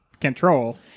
control